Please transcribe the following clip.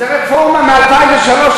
זו רפורמה מ-2003,